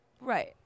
right